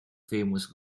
famous